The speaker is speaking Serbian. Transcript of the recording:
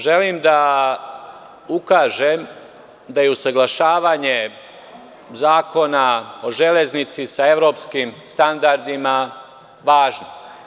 Želim da ukažem da je usaglašavanje Zakona o železnici sa evropskim standardima važno.